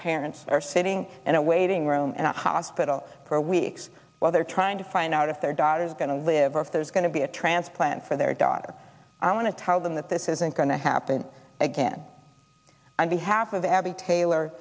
parents are sitting in a waiting room and a hospital for a week while they're trying to find out if their daughter is going to live or if there's going to be a transplant for their daughter i want to tell them that this isn't going to happen again on behalf of abby taylor